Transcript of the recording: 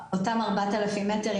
אותם 4,000 מטר.